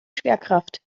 schwerkraft